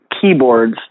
keyboards